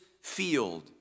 field